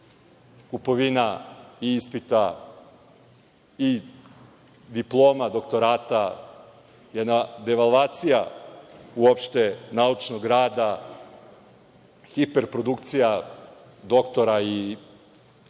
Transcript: Kupovina ispita i diploma, doktorata. Jedna devalvacija uopšte naučnog rada, hiper produkcija doktora i to je